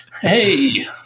Hey